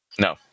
No